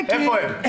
איפה הם?